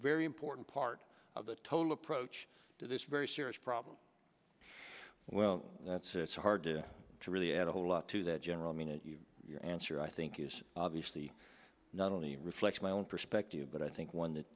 very important part of the total approach to this very serious problem well that's it's hard to really add a whole lot to that general meaning your answer i think is obviously not only reflects my own perspective but i think one that